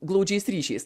glaudžiais ryšiais